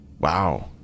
Wow